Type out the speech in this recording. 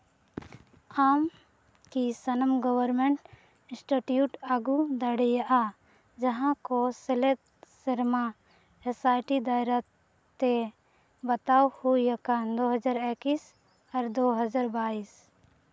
ᱟᱢ ᱠᱤ ᱥᱟᱱᱟᱢ ᱜᱚᱵᱷᱚᱨᱱᱢᱮᱱᱴ ᱤᱱᱥᱴᱤᱴᱤᱭᱩᱴ ᱟᱹᱜᱩ ᱫᱟᱲᱮᱭᱟᱜᱼᱟ ᱡᱟᱦᱟᱸ ᱠᱚ ᱥᱮᱞᱮᱫ ᱥᱮᱨᱢᱟ ᱮᱥᱟᱭᱴᱤ ᱫᱟᱨᱟᱭ ᱛᱮ ᱵᱟᱛᱟᱣ ᱦᱩᱭᱟᱠᱟᱱ ᱫᱩᱦᱟᱡᱟᱨ ᱮᱠᱤᱥ ᱟᱨ ᱫᱳ ᱦᱟᱡᱰᱟᱨ ᱵᱟᱭᱤᱥ